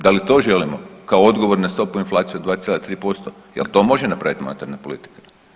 Da li to želimo kao odgovor na stopu inflacije od 2,3%, jel to može napravit monetarna politika?